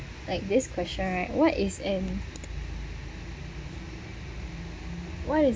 like this question right what is an what is